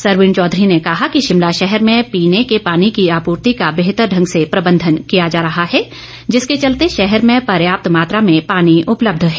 सरवीण चौधरी ने कहा कि शिमला शहर में पीने के पानी की आपूर्ति का बेहतर ढंग से प्रबंधन किया जा रहा है जिसके चलते शहर में पर्याप्त मात्रा में पानी उपलब्ध है